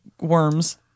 worms